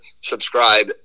subscribe